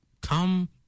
come